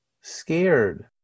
scared